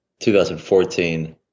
2014